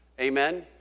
Amen